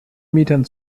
metern